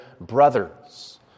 brothers